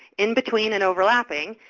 in between and overlapping,